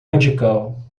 radical